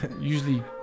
usually